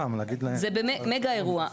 זה באמת מגה אירוע.